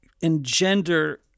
engender